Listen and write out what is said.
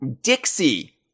Dixie